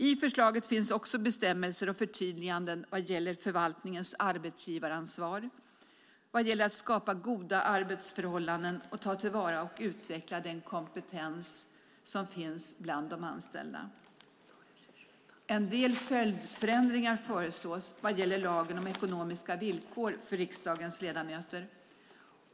I förslaget finns också bestämmelser och förtydliganden beträffande förvaltningens arbetsgivaransvar vad gäller att skapa goda arbetsförhållanden och att ta till vara och utveckla den kompetens som finns bland de anställda. En del följdändringar föreslås vad gäller lagen om ekonomiska villkor för riksdagens ledamöter.